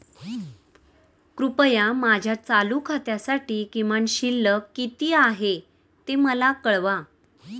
कृपया माझ्या चालू खात्यासाठी किमान शिल्लक किती आहे ते मला कळवा